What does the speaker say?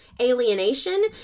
alienation